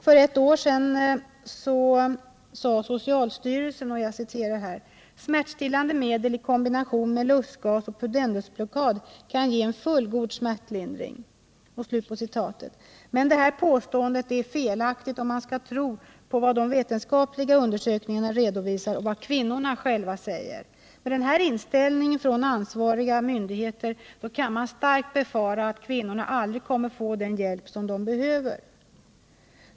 För ett par år sedan sade socialstyrelsen att ”smärtstillande medel i kombination med lustgas och pudendusblockad kan ge en fullgod smärtlindring”. Men detta påstående är felaktigt, om man skall tro på vad de vetenskapliga undersökningarna redovisar och vad kvinnorna själva säger. Med denna inställning från den ansvariga myndigheten kan man starkt befara att kvinnorna aldrig kommer att få den hjälp de behöver.